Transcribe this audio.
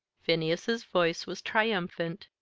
phineas's voice was triumphant.